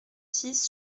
six